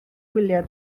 gwyliau